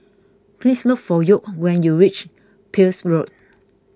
please look for York when you reach Peirce Road